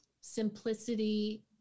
simplicity